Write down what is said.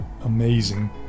amazing